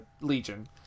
Legion